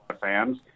fans